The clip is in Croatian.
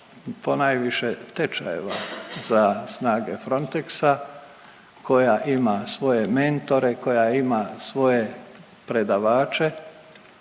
ponajviše tečajeva za snage Frontexa koja ima svoje mentore, koja ima svoje predavače,